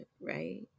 right